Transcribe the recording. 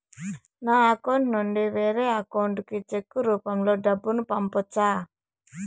నా అకౌంట్ నుండి వేరే అకౌంట్ కి చెక్కు రూపం లో డబ్బును పంపొచ్చా?